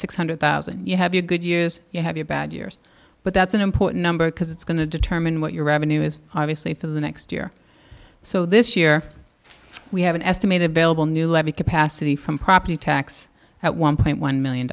six hundred thousand you have a good use you have your bad years but that's an important number because it's going to determine what your revenue is obviously for the next year so this year we have an estimated billable new levy capacity from property tax at one point one million